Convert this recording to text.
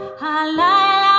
halielah